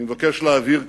אני מבקש להבהיר כאן: